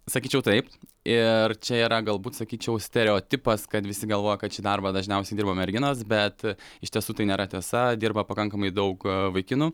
sakyčiau taip ir čia yra galbūt sakyčiau stereotipas kad visi galvoja kad šį darbą dažniausiai dirba merginos bet iš tiesų tai nėra tiesa dirba pakankamai daug vaikinų